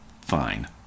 Fine